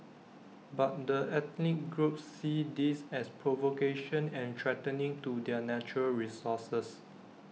but the ethnic groups see this as provocation and threatening to their natural resources